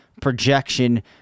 projection